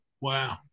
Wow